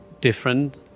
different